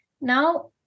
Now